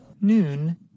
Noon